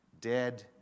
dead